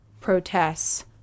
protests